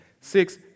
Six